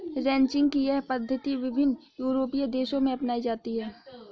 ranching की यह पद्धति विभिन्न यूरोपीय देशों में अपनाई जाती है